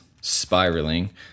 spiraling